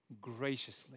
graciously